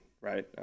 right